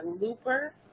Looper